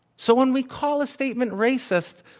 so when we call a statement racist,